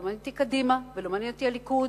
לא מעניינת אותי קדימה ולא מעניין אותי הליכוד,